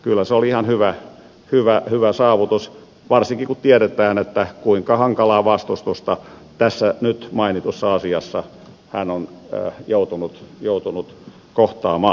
kyllä se oli ihan hyvä saavutus varsinkin kun tiedetään kuinka hankalaa vastustusta tässä nyt mainitussa asiassa hän on joutunut kohtaamaan